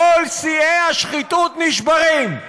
כל שיאי השחיתות נשברים.